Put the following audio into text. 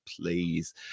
please